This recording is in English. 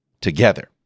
together